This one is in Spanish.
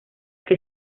que